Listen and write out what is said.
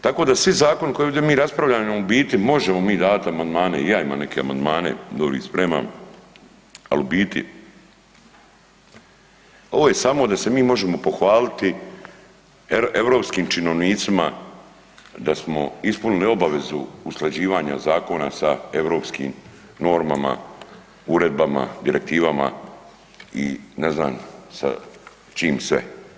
Tako da svi Zakoni koje ovdje mi raspravljamo, u biti možemo mi davati amandmane i ja imam neke amandmane, doli ih spremam, al u biti, ovo je samo da se mi možemo pohvaliti europskim činovnicima da smo ispunili obvezu usklađivanja Zakona za europskim normama, uredbama, direktivama i ne znam, sa čim sve.